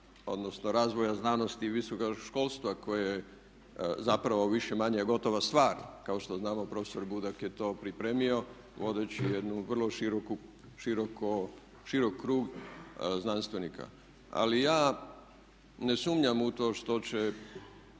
odnosno razvoja znanosti i visokog školstva koje je zapravo više-manje gotova stvar. Kao što znamo profesor Budak je to pripremio vodeći jednu vrlo široku, širok krug znanstvenika. Ali ja ne sumnjam u to što će